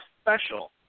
special